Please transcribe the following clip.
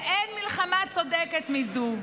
ואין מלחמה צודקת מזו.